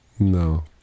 no